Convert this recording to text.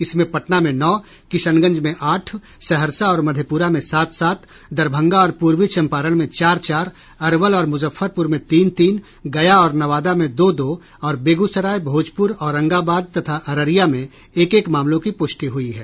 इसमें पटना में नौ किशनगंज में आठ सहरसा और मधेपुरा में सात सात दरभंगा और पूर्वी चंपारण में चार चार अरवल और मुजफ्फरपुर में तीन तीन गया और नवादा में दो दो और बेगूसराय भोजपुर औरंगाबाद तथा अररिया में एक एक मामलों की पुष्टि हुई है